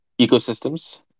ecosystems